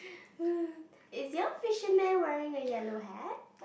is your fisherman wearing a yellow hat